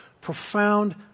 profound